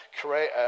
create